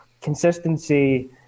consistency